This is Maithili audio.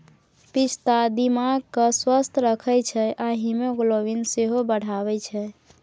पिस्ता दिमाग केँ स्वस्थ रखै छै आ हीमोग्लोबिन सेहो बढ़ाबै छै